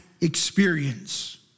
experience